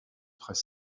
très